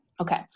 Okay